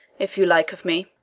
if you like of me.